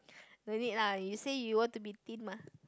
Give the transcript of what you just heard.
no need lah you say you want to be thin lah